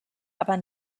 aber